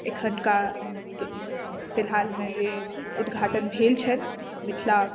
आ अखुनका फिलहाल मे जे उद्घाटन भेल छलय मिथिला